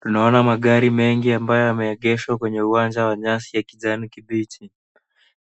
Tunaona magari mengi ambayo yameegeshwa kwenye uwanja wa nyasi ya kijani kibichi,